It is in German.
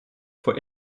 vor